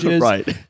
Right